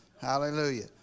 Hallelujah